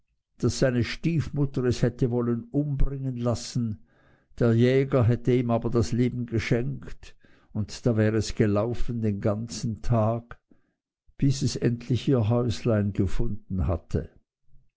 daß seine stiefmutter es hätte wollen umbringen lassen der jäger hätte ihm aber das leben geschenkt und da wär es gelaufen den ganzen tag bis es endlich ihr häuslein gefunden hätte